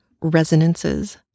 resonances